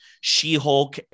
She-Hulk